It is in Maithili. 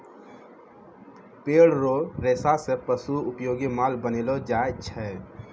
पेड़ रो रेशा से पशु उपयोगी माल बनैलो जाय छै